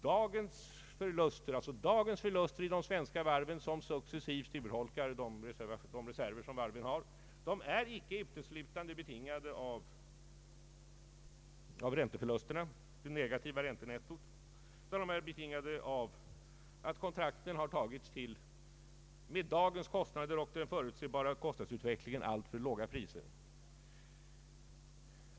Dagens förluster i de svenska varven som nu successivt urholkar de reserver varven har, är icke uteslutande betingade av ränteförlusten, av det negativa räntesaldot. De är betingade av att kontrakten — med dagens kostnader och den förutsedda kostnadsutvecklingen — tagits till alltför lågt pris.